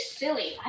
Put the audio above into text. silly